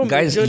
Guys